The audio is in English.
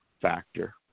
factor